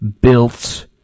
built